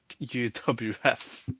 UWF